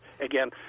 again